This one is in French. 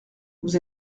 vous